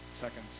seconds